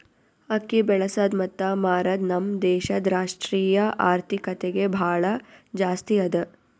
ಅಕ್ಕಿ ಬೆಳಸದ್ ಮತ್ತ ಮಾರದ್ ನಮ್ ದೇಶದ್ ರಾಷ್ಟ್ರೀಯ ಆರ್ಥಿಕತೆಗೆ ಭಾಳ ಜಾಸ್ತಿ ಅದಾ